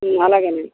అలాగేనండి